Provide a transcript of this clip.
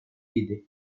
idi